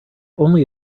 only